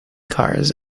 cars